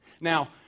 Now